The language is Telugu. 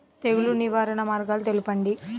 తెగులు నివారణ మార్గాలు తెలపండి?